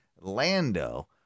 Lando